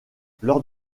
lors